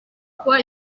kuba